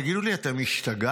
תגידו לי, אתם השתגעתם?